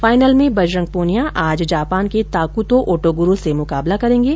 final में बजेरंग पूनिया आज Japan के ताकुतो ओटोगुरो से मुकाबला करेंगे